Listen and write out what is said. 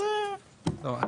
אז --- לא,